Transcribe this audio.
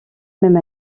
même